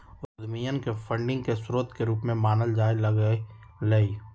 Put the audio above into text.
उद्यमियन के फंडिंग के स्रोत के रूप में मानल जाय लग लय